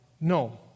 No